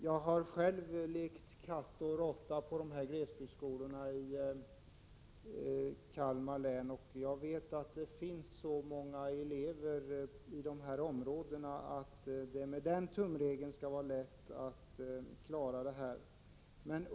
Jag har själv lekt katt och råtta på skolgården vid en sådan här glesbygdsskola i Kalmar län. Det finns så många elever i de här områdena att man med den tumregeln lätt skall kunna lösa problemen.